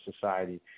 society